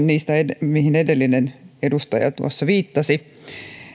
niistä edellinen edustaja tuossa viittasi